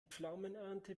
pflaumenernte